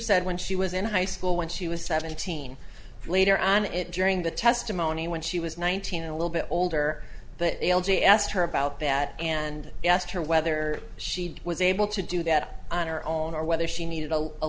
said when she was in high school when she was seventeen later and it during the testimony when she was nineteen a little bit older but l g asked her about that and asked her whether she was able to do that on her own or whether she needed a a